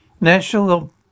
National